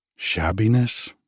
Shabbiness